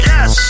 Yes